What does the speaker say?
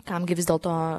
kam gi vis dėlto